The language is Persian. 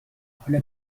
حالا